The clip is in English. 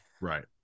Right